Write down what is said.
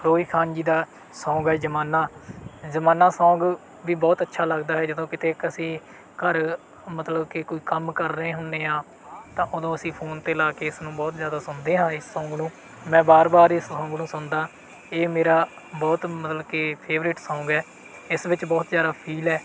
ਫਿਰੋਜ਼ ਖਾਨ ਜੀ ਦਾ ਸੌਂਗ ਹੈ ਜ਼ਮਾਨਾ ਜ਼ਮਾਨਾ ਸੌਂਗ ਵੀ ਬਹੁਤ ਅੱਛਾ ਲੱਗਦਾ ਹੈ ਜਦੋਂ ਕਿਤੇ ਅਸੀਂ ਘਰ ਮਤਲਬ ਕਿ ਕੋਈ ਕੰਮ ਕਰ ਰਹੇ ਹੁੰਦੇ ਹਾਂ ਤਾਂ ਉਦੋਂ ਅਸੀਂ ਫੋਨ 'ਤੇ ਲਾ ਕੇ ਇਸ ਨੂੰ ਬਹੁਤ ਜ਼ਿਆਦਾ ਸੁਣਦੇ ਹਾਂ ਇਸ ਸੌਂਗ ਨੂੰ ਮੈਂ ਵਾਰ ਵਾਰ ਇਸ ਸੌਂਗ ਨੂੰ ਸੁਣਦਾ ਇਹ ਮੇਰਾ ਬਹੁਤ ਮਤਲਬ ਕਿ ਫੇਵਰੇਟ ਸੌਂਗ ਹੈ ਇਸ ਵਿੱਚ ਬਹੁਤ ਪਿਆਰਾ ਫੀਲ ਹੈ